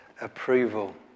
approval